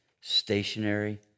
stationary